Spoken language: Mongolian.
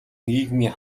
нийгмийн